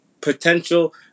Potential